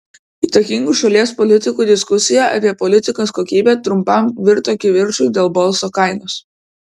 įtakingų šalies politikų diskusija apie politikos kokybę trumpam virto kivirču dėl balso kainos